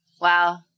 Wow